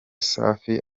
safi